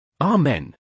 Amen